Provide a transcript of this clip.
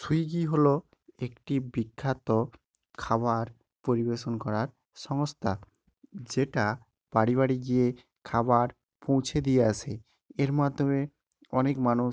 Swiggy হলো একটি বিখ্যাত খাবার পরিবেশন করার সংস্থা যেটা বাড়ি বাড়ি গিয়ে খাবার পৌঁছে দিয়ে আসে এর মাধ্যমে অনেক মানুষ